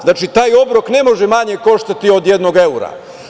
Znači, taj obrok ne može manje koštati od jednog evra.